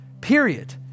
period